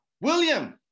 William